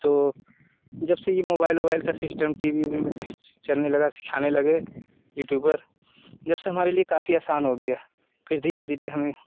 तो जब से ये मोबाइल उबाइल का सिस्टम टी वी उवि में जो है चलने लगा सिखाने लगे यूट्यूबर जब से हमारे लिए काफ़ी आसन हो गया फिर धीरे धीरे हमें